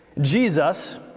Jesus